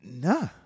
Nah